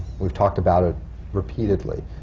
we've talked about it repeatedly.